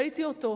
ראיתי אותו,